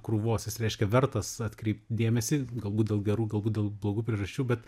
krūvos jis reiškia vertas atkreipt dėmesį galbūt dėl gerų galbūt dėl blogų priežasčių bet